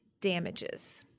damages